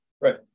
Right